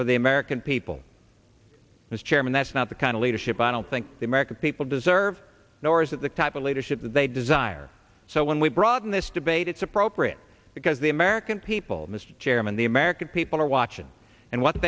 for the american people mr chairman that's not the kind of leadership i don't think the american people deserve nor is it the type of leadership that they desire so when we broaden this debate it's appropriate because the american people mr chairman the american people are watching and what